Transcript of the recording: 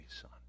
Son